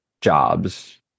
jobs